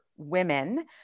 women